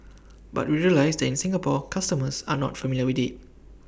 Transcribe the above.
but we realise that in Singapore customers are not familiar with IT